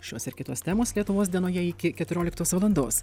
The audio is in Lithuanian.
šios ir kitos temos lietuvos dienoje iki keturioliktos valandos